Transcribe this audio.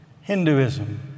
Hinduism